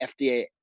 FDA